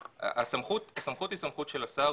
הסמכות היא סמכות של השר,